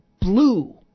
blue